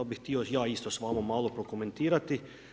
Da bih htio ja isto s vama malo prokomentirati.